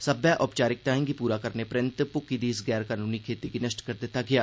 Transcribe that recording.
सब्बै औपचारिकताएं गी पूरा करने परैन्त भुक्की दी इस गैर कनूनी खेती गी नष्ट करी दित्ता गेआ